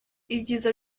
ibyiza